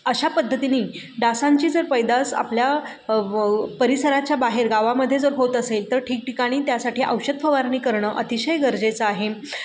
अशा पद्धतीनी डासांची जर पैदास आपल्या ब परिसराच्या बाहेर गावामध्ये जर होत असेल तर ठिकठिकाणी त्यासाठी औषध फवारणी करणं अतिशय गरजेचं आहे